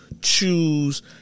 choose